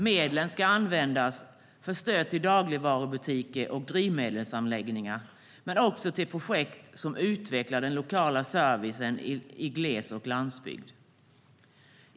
Medlen ska användas för stöd till dagligvarubutiker och drivmedelsanläggningar men också till projekt som utvecklar lokal service i gles och landsbygd.